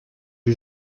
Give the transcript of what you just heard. vue